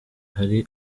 hari